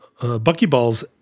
Buckyballs